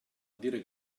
dire